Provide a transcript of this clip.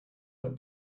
like